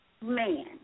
man